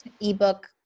ebook